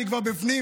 אני כבר בפנים.